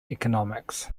economics